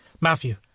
Matthew